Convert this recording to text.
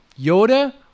Yoda